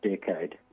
decade